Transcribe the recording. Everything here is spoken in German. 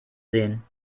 sehen